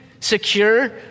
Secure